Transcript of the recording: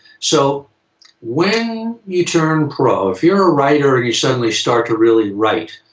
so when you turn pro, if you're a writer and you suddenly start to really write,